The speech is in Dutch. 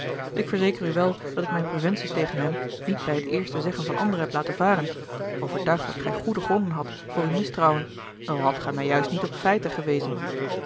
ik verzeker u wel dat ik mijne preventies tegen hem niet bij het eerste zeggen van anderen heb laten varen overtuigd dat gij goede gronden hadt voor uw mistrouwen al hadt gij mij juist niet op feiten gewezen